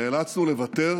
נאלצנו לוותר,